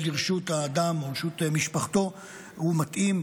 לרשות האדם או לרשות משפחתו הוא מתאים,